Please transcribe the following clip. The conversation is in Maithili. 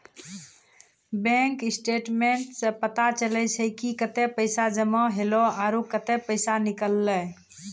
बैंक स्टेटमेंट्स सें पता चलै छै कि कतै पैसा जमा हौले आरो कतै पैसा निकललै